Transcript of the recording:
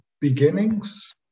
beginnings